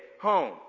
home